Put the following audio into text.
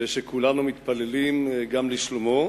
ושכולנו מתפללים גם לשלומו,